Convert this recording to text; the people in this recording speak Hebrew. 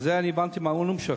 זה הבנתי מהנאום שלך.